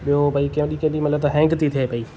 ॿियो भई केॾी केॾी महिल त हैंग थी थिए पई